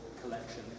collection